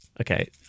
Okay